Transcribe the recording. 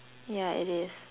yeah it is